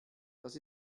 das